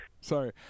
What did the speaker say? Sorry